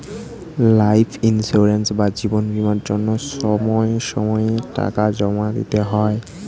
life insurance বা জীবন বীমার জন্য সময় সময়ে টাকা জমা দিতে হয়